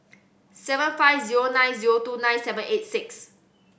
seven five zero nine zero two nine seven eight six